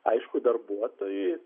aišku darbuotojui